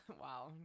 Wow